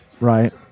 Right